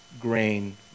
grain